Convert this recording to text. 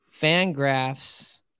Fangraphs